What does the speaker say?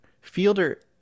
Fielder